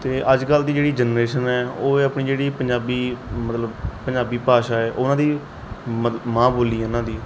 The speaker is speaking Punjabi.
ਅਤੇ ਅੱਜ ਕੱਲ੍ਹ ਦੀ ਜਿਹੜੀ ਜਨਰੇਸ਼ਨ ਹੈ ਉਹ ਏ ਆਪਣੀ ਜਿਹੜੀ ਪੰਜਾਬੀ ਮਤਲਬ ਪੰਜਾਬੀ ਭਾਸ਼ਾ ਹੈ ਉਹਨਾਂ ਦੀ ਮ ਮਾਂ ਬੋਲੀ ਉਹਨਾਂ ਦੀ